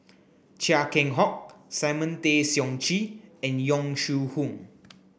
Chia Keng Hock Simon Tay Seong Chee and Yong Shu Hoong